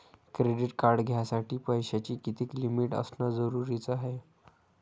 Credit card घ्यासाठी पैशाची कितीक लिमिट असनं जरुरीच हाय?